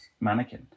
mannequin